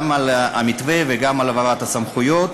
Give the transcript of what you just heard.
גם על המתווה וגם על העברת הסמכויות.